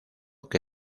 que